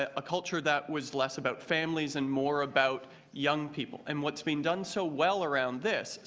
ah a culture that was less about families and more about young people, and what's being done so well around this,